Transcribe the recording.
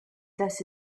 this